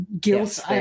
Guilt